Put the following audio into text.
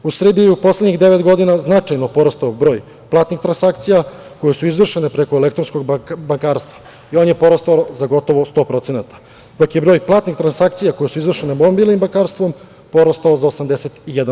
U Srbiji je u poslednjih devet godina značajno porastao broj platnih transakcija koje su izvršene preko elektronskog bankarstva i on je porastao gotovo za 100%, dok je broj platnih transakcija koje su izvršene mobilnim bankarstvom porastao za 81%